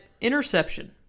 Interception